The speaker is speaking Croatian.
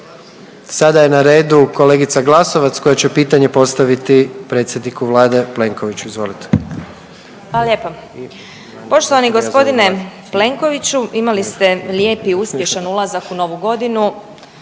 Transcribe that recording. Sada je na redu kolegica Glasovac koja će pitanje postaviti predsjedniku Vlade Plenkoviću. Izvolite. **Glasovac, Sabina (SDP)** Poštovani gospodine Plenkoviću imali ste lijep i uspješan ulazak u novu godinu